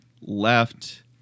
left